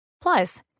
Plus